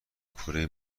کره